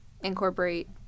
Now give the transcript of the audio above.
incorporate